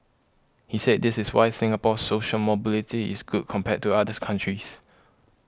he said this is why Singapore's social mobility is good compared to others countries